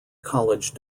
college